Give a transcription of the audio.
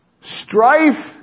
Strife